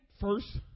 first